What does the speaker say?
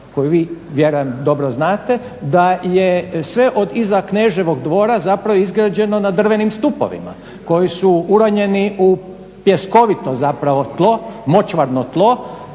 koliko vi vjerujem dobro znate da je sve od iza kneževog dvora zapravo izgrađeno na drvenim stupovima koji su uranjeni u pjeskovito zapravo tlo, močvarno tlo